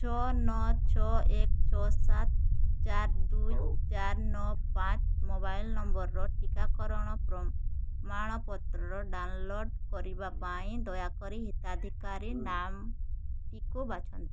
ଛଅ ନଅ ଛଅ ଏକ ଛଅ ସାତ ଚାରି ଦୁଇ ଚାରି ନଅ ପାଞ୍ଚ ମୋବାଇଲ୍ ନମ୍ବରର ଟିକାକରଣ ପ୍ରମାଣପତ୍ର ଡାଉନଲୋଡ଼୍ କରିବା ପାଇଁ ଦୟାକରି ହିତାଧିକାରୀ ନାମଟିକୁ ବାଛନ୍ତୁ